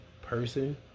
person